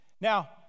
Now